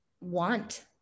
want